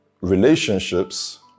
relationships